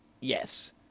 yes